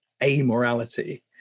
amorality